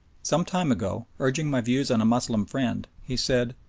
some time ago, urging my views on a moslem friend, he said,